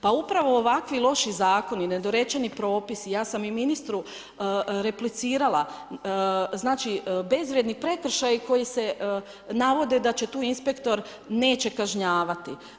Pa upravo ovakvo loši zakoni nedorečeni propisi, ja sam i ministru replicirala, znači bezvrijedni prekršaji koji se navode, da se tu inspektor neće kažnjavati.